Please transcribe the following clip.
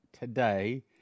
today